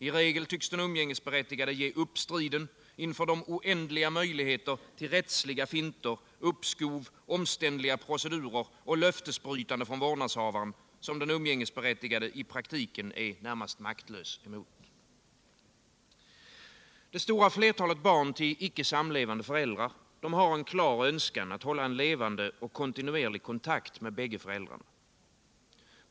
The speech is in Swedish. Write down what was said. I regel tycks den umgängesberättigade ge upp striden inför de oändliga möjligheter till rättsliga finter, uppskov, omständliga procedurer och löftesbrytande från vårdnadshavaren som den umgängesberättigade i praktiken är närmast maktlös mot. Det stora flertalet barn till icke samlevande föräldrar har en klar önskan att hålla en levande, kontinuerlig kontakt med båda föräldrarna.